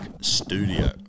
studio